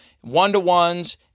one-to-ones